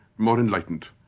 more enlightened,